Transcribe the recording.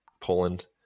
Poland